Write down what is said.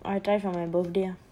try for my birthday ah